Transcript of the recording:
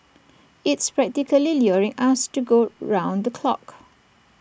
it's practically luring us to go round the clock